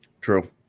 True